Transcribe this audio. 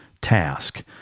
task